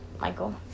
Michael